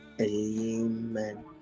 Amen